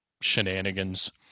shenanigans